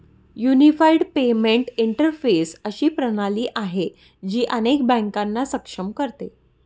unified payment interface अशी प्रणाली आहे, जी अनेक बँकांना सक्षम करते